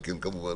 כמובן.